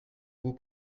vous